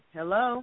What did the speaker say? Hello